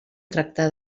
tractà